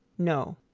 no.